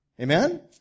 Amen